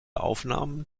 aufnahmen